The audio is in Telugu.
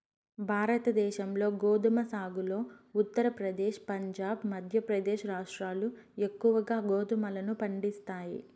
భారతదేశంలో గోధుమ సాగులో ఉత్తరప్రదేశ్, పంజాబ్, మధ్యప్రదేశ్ రాష్ట్రాలు ఎక్కువగా గోధుమలను పండిస్తాయి